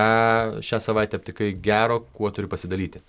ką šią savaitę aptikai gero kuo turi pasidalyti